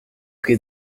che